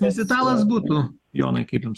nes italas būtų jonai kaip jums